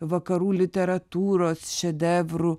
vakarų literatūros šedevrų